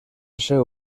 seu